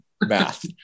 math